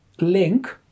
link